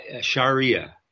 sharia